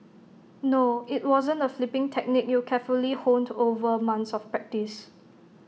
no IT wasn't the flipping technique you carefully honed over months of practice